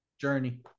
journey